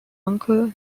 uncle